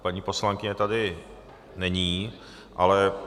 Tak paní poslankyně tady není, ale...